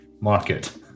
market